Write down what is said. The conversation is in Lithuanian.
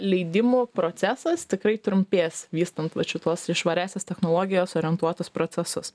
leidimų procesas tikrai trumpės vystant vat šituos į švariąsias technologijas orientuotus procesus